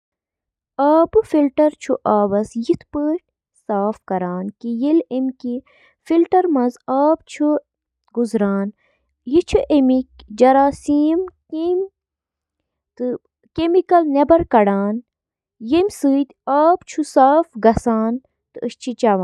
اکھ ٹوسٹر چُھ گرمی پٲدٕ کرنہٕ خٲطرٕ بجلی ہنٛد استعمال کران یُس روٹی ٹوسٹس منٛز براؤن چُھ کران۔ ٹوسٹر اوون چِھ برقی کرنٹ سۭتۍ کوائلن ہنٛد ذریعہٕ تیار گژھن وٲل انفراریڈ تابکٲری ہنٛد استعمال کٔرتھ کھین بناوان۔